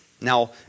Now